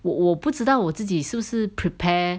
我我不知道我自己是不是 prepare